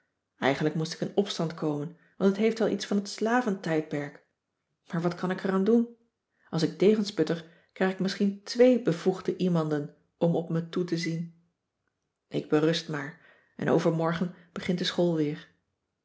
eigenlijk moest ik in opstand komen want het heeft wel iets van het slaventijdperk maar wat kan ik er aan doen als ik tegensputter krijg ik misschien twee bevoegde iemanden om op me toe te zien ik berust maar en overmorgen begint de school weer